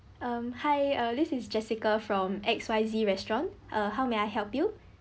um hi uh this is jessica from X_Y_Z restaurant uh how may I help you